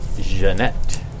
Jeanette